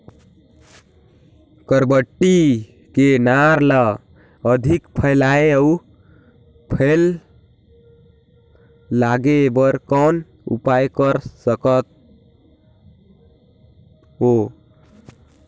बरबट्टी के नार ल अधिक फैलाय अउ फल लागे बर कौन उपाय कर सकथव?